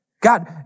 God